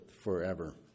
forever